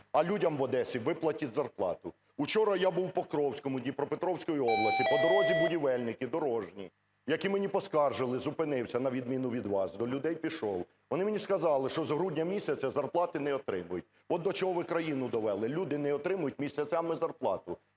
а людям в Одесі виплатіть зарплату. Вчора я був в Покровському Дніпропетровської області. По дорозі будівельники, дорожні, які мені поскаржилися, – зупинився, на відміну від вас, до людей пішов, – вони мені сказали, що з грудня місяця зарплати не отримують. От до чого ви країну довели: люди не отримують місяцями зарплату.